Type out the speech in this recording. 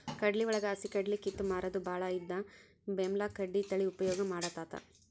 ಕಡ್ಲಿವಳಗ ಹಸಿಕಡ್ಲಿ ಕಿತ್ತ ಮಾರುದು ಬಾಳ ಇದ್ದ ಬೇಮಾಕಡ್ಲಿ ತಳಿ ಉಪಯೋಗ ಮಾಡತಾತ